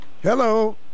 Hello